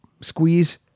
squeeze